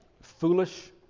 foolish